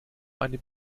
eine